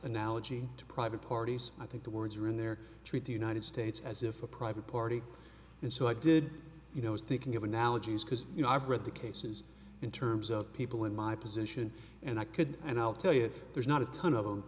analogy to private parties i think the words are in there treat the united states as if a private party and so i did you know i was thinking of analogies because you know i've read the cases in terms of people in my position and i could and i'll tell you there's not a ton of